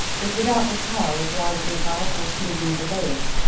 but without the power of rising above or sinking below it,